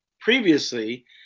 previously